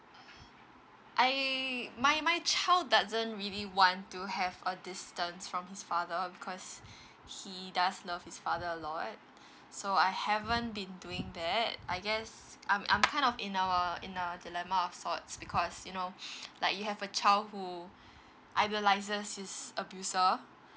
I my my child doesn't really want to have a distance from his father because he does love his father a lot so I haven't been doing that I guess I'm I'm kind of in a in a dilemma of sorts because you know like you have a child who idolises his abuser